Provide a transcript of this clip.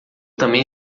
também